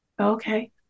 Okay